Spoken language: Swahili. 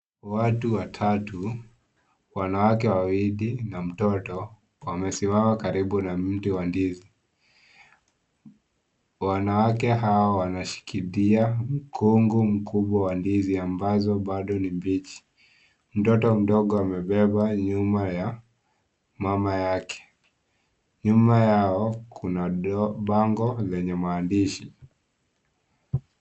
Watu watatu, wanawake wawili na mtoto, wamesimama karibu na mti wa ndizi, wanawake hawa wanashikilia mkongo mkubwa wa ndizi ambazo bado ni mbichi, mtoto mdogo amebeba nyuma ya mama yake, nyuma yao, kuna bango lenye maandishi.